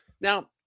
Now